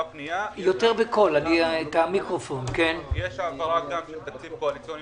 יש גם העברה של תקציב קואליציוני,